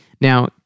Now